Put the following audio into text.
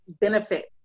benefit